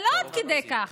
אבל לא עד כדי כך.